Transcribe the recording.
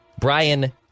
Brian